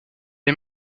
est